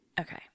Okay